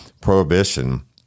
prohibition